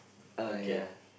uh ya